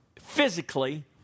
physically